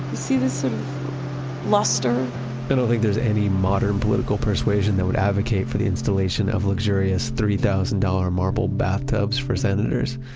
see this sort of luster? i don't think there's any modern political persuasion that would advocate for the installation of luxurious three thousand dollars marble bathtubs for senators.